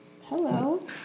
hello